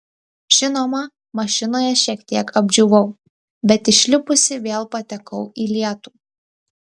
žinoma mašinoje šiek tiek apdžiūvau bet išlipusi vėl patekau į lietų